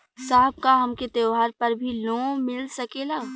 साहब का हमके त्योहार पर भी लों मिल सकेला?